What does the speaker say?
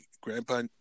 Grandpa